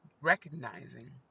recognizing